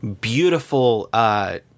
beautiful –